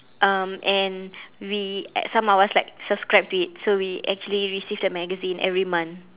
um and we some of us like subscribe to it so we actually received the magazine every month